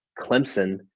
Clemson